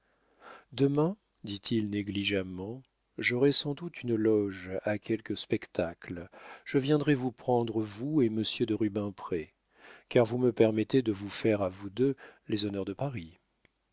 demain dit-il négligemment j'aurai sans doute une loge à quelque spectacle je viendrai vous prendre vous et monsieur de rubempré car vous me permettrez de vous faire à vous deux les honneurs de paris